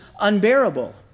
unbearable